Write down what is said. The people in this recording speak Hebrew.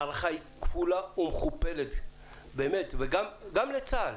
ההערכה היא כפולה ומכופלת גם לצה"ל,